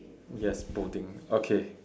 yes balding okay